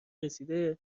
رسیده